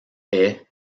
est